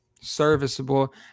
serviceable